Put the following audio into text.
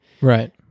right